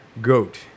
goat